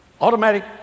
automatic